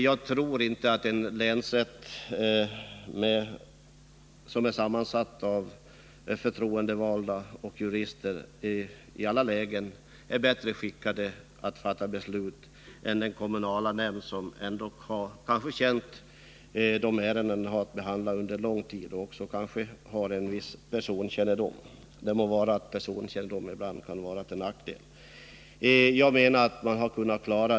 Jag tror inte att en länsrätt, sammansatt av förtroendevalda och jurister, i alla lägen är bättre skickad att fatta beslut än den kommunala nämnd som kanske känner till ärendena i fråga efter att ha handlagt dem under lång tid och som kanske också besitter en viss personkännedom — må vara att personkännedom ibland kan vara till nackdel.